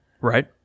right